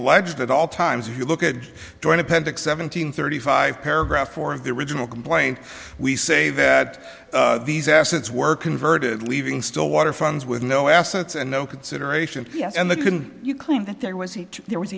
alleged at all times if you look at the joint appendix seven hundred thirty five paragraph four of the original complaint we say that these assets were converted leaving stillwater funds with no assets and no consideration yes and the can you claim that there was he there was